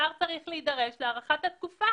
השר צריך להידרש להארכת התקופה.